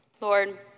Lord